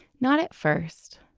not at first.